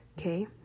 Okay